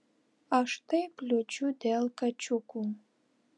aš taip liūdžiu dėl kačiukų